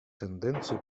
тенденцию